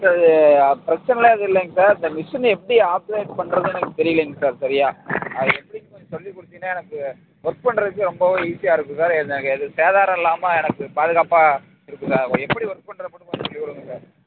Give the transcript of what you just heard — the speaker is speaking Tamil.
சார் இது பிரச்சனைலாம் எதுவும் இல்லைங்க சார் இந்த மிஷினை எப்படி ஆப்ரேட் பண்ணுறதுன்னு எனக்கு தெரியலைங்க சார் சரியா அது எப்படின்னு கொஞ்சம் சொல்லிக் கொடுத்தீங்கன்னா எனக்கு ஒர்க் பண்ணுறதுக்கு ரொம்பவும் ஈஸியாக இருக்கும் சார் எனக்கு எதுவும் சேதாரம் இல்லாமல் எனக்கு பாதுகாப்பாக இருக்கும் சார் எப்படி ஒர்க் பண்ணுறதுன்னு மட்டும் கொஞ்சம் சொல்லிக் கொடுங்க சார்